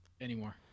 anymore